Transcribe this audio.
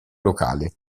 locale